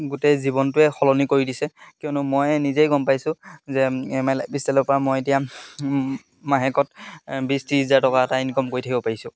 গোটেই জীৱনটোৱে সলনি কৰি দিছে কিয়নো মই নিজেই গম পাইছোঁ যে এম আই লাইফ ষ্টাইলৰ পৰা মই এতিয়া মাহেকত বিছ ত্ৰিছ হাজাৰ টকা এটা ইনকম কৰি থাকিব পাৰিছোঁ